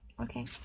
okay